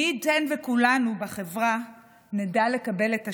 מי ייתן וכולנו בחברה נדע לקבל את השונה,